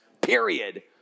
period